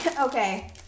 Okay